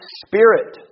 spirit